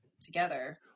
together